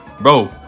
bro